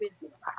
business